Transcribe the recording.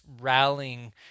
rallying